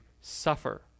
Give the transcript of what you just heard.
suffer